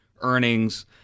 earnings